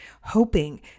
hoping